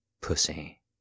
pussy